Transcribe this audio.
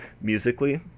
musically